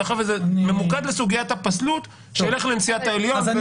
מאחר שזה ממוקד לסוגיית הפסלות שילך לנשיאת העליון.